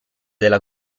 della